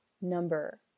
number